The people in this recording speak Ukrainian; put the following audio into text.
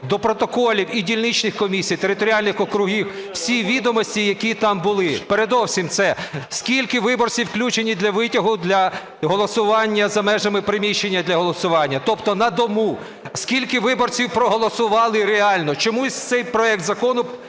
до протоколів і дільничних комісій територіальних округів всі відомості, які там були. Передусім це скільки виборців включені для витягу для голосування за межами приміщення для голосування, тобто на дому, скільки виборців проголосували реально. Чомусь цей проект закону